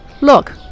look